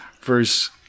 verse